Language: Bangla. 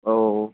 ও